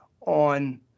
on